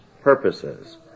purposes